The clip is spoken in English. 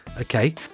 Okay